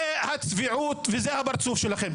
זאת הצביעות וזה הפרצוף שלכם.